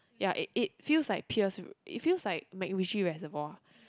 ya it it feels like Pierce it feel like Macveggies Reservoir